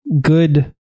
good